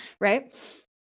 right